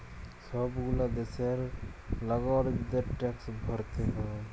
সব গুলা দ্যাশের লাগরিকদের ট্যাক্স ভরতে হ্যয়